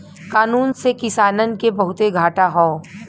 कानून से किसानन के बहुते घाटा हौ